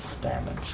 damage